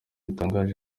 gitangaje